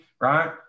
right